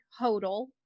Hodel